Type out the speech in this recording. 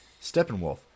Steppenwolf